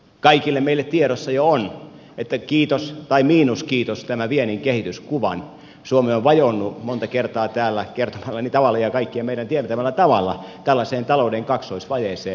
kaikilla meillä tiedossa jo on että kiitos tai miinuskiitos tämän viennin kehityskuvan suomi on vajonnut monta kertaa täällä kertomallani tavalla ja kaikkien meidän tietämällämme tavalla tällaiseen talouden kaksoisvajeeseen